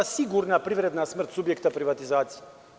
Sigurna privredna smrt subjekta privatizacije.